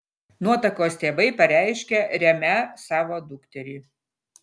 nuotakos tėvai pareiškė remią savo dukterį